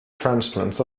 transplants